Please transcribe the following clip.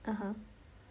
(uh huh)